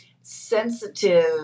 sensitive